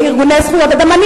ארגוני זכויות אדם.